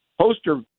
poster